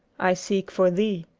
i seek for thee.